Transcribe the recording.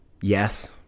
yes